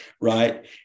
right